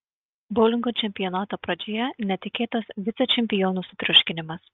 boulingo čempionato pradžioje netikėtas vicečempionų sutriuškinimas